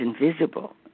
invisible